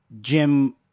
Jim